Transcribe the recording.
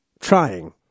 trying